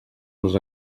les